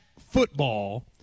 football